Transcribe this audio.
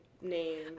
name